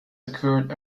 occurred